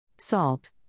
Salt